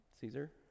Caesar